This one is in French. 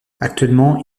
actuellement